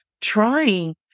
trying